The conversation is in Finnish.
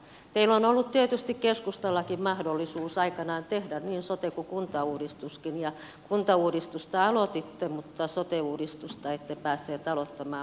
teillä keskustallakin on ollut tietysti mahdollisuus aikanaan tehdä niin sote kuin kuntauudistuskin ja kuntauudistusta aloititte mutta sote uudistusta ette päässeet aloittamaan hallitusaikana